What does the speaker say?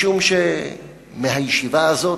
משום שמהישיבה הזאת,